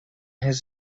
his